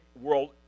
world